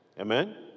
Amen